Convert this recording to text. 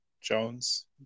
Jones